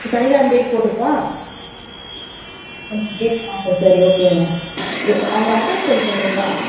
சரி சனிக்கெழமை டேட் போட்டுக்கவா ஓகே இதே சரி ஓகேங்க ஏ அவங்க அட்ரஸ் கொஞ்சம் சொல்லுறீங்களா